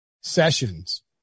sessions